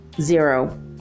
zero